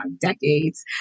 decades